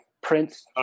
Prince